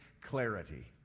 clarity